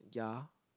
ya